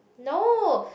no